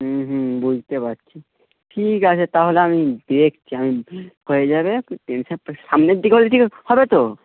হুম হুম বুঝতে পারছি ঠিক আছে তাহলে আমি দেখছি আমি হয়ে যাবে টেনশান সামনের দিকে হবে তো